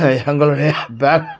எங்களுடைய